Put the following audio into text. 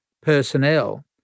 personnel